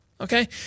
Okay